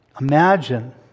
Imagine